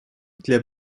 для